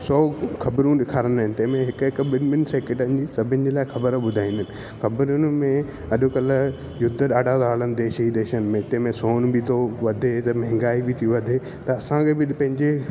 सौ ख़बरियूं ॾेखारींदा आहिनि तंहिंमें हिकु हिकु ॿिनि ॿिनि सैकेंडनि में सभिनि लाइ ख़बर ॿुधाईंदा आहिनि ख़बरियुनि में अॼु कल्ह हिते ॾाढा था हलनि देशी विदेशनि में हिते में सोण बि थो वधे त महांगाई बि थी वधे त असांखे बि पंहिंजे